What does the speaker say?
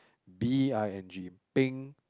B_I_N_G bing